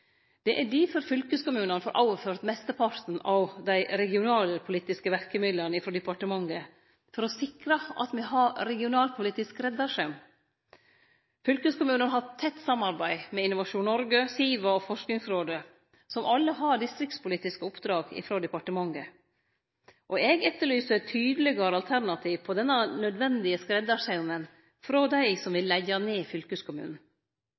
Det er difor fylkeskommunane får overført mesteparten av dei regionalpolitiske verkemidla frå departementet, for å sikre at me har regionalpolitisk skreddarsaum. Fylkeskommunane har tett samarbeid med Innovasjon Noreg, SIVA og Forskingsrådet, som alle har distriktspolitiske oppdrag frå departementet. Eg etterlyser tydelegare alternativ til denne nødvendige skreddarsaumen frå dei som vil leggje ned fylkeskommunen.